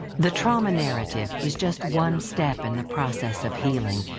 the trauma narrative is just one step in the process of healing.